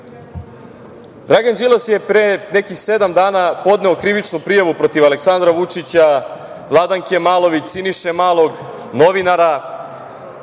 Dragan Đilas je pre nekih sedam dana podneo krivičnu prijavu protiv Aleksandra Vučića, Vladanke Malović, Siniše Malog, novinara